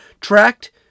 tracked